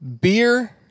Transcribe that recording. Beer